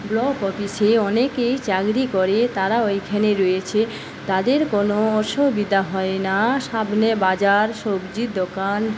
block অফিসে অনেকেই চাকরি করে তারাও এইখানে রয়েছে তাদের কোনো অসুবিধা হয় না সামনে বাজার সবজি দোকান